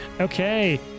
Okay